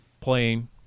playing